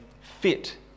fit